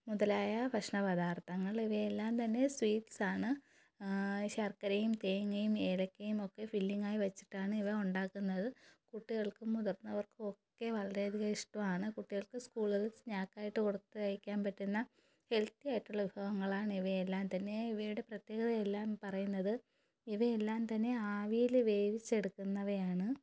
മുതലായ ഭക്ഷണ പദാർത്ഥങ്ങൾ ഇവയെല്ലാം തന്നെ സ്വീറ്റ്സ് ആണ് ശർക്കരയും തേങ്ങയും ഏലക്കയും ഒക്കെ ഫില്ലിംഗ് ആയി വച്ചിട്ടാണ് ഇവ ഉണ്ടാക്കുന്നത് കുട്ടികൾക്കും മുതിർന്നവർക്കും ഒക്കെ വളരെയധികം ഇഷ്ടമാണ് കുട്ടികൾക്ക് സ്കൂളുകളിൽ സ്നാക് ആയി കൊടുത്തയയ്ക്കാൻ പറ്റുന്ന ഹെൽത്തി ആയിട്ടുള്ള വിഭവങ്ങളാണ് ഇവയെല്ലാം തന്നെ ഇവയുടെ പ്രത്യേകതയെല്ലാം പറയുന്നത് ഇവയെല്ലാം തന്നെ ആവിയിൽ വേവിച്ചെടുക്കുന്നവയാണ്